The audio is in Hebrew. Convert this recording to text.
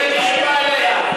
זה מה שמפריע לו.